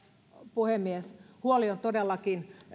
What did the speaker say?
puhemies huoli on todellakin